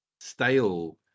stale